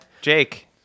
Jake